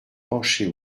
pencher